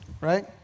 right